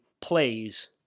plays